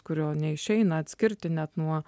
kurio neišeina atskirti net nuo